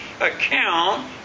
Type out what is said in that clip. account